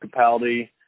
Capaldi